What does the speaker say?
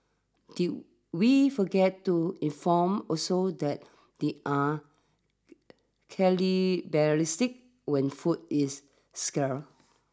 did we forget to inform also that they are cannibalistic when food is scar